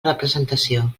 representació